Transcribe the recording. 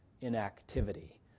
inactivity